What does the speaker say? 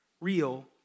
real